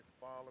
follow